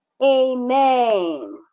Amen